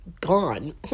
gone